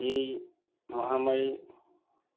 এই মহামাৰী